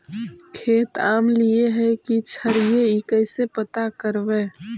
खेत अमलिए है कि क्षारिए इ कैसे पता करबै?